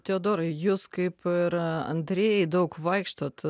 teodorai jūs kaip ir antrieji daug vaikštot